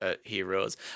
heroes